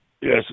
Yes